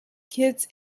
kids